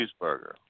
Cheeseburger